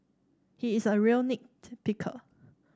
he is a real nit picker